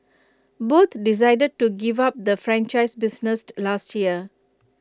both decided to give up the franchise business last year